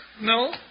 no